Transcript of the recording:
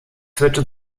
führte